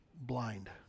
blind